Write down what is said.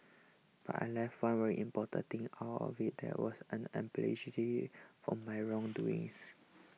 but I left one very important thing out of it and was an for my wrong doings